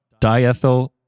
diethyl